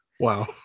Wow